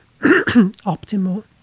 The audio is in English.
optimal